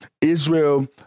Israel